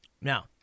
Now